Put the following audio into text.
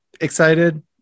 excited